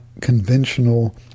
conventional